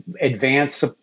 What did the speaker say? advanced